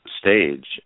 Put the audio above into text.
stage